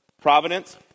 Providence